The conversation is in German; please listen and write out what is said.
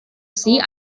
sie